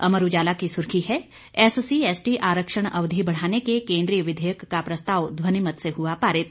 अमर उजाला की सुर्खी है एस सी एसटी आरक्षण अवधि बढ़ाने के केंद्रीय विधेयक का प्रस्ताव ध्वनिमत से हुआ पारित